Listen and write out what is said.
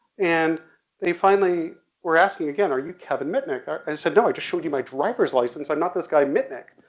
and they finally were asking again, are you kevin mitnick? and i said, no, i just showed you my driver's license, i'm not this guy mitnick.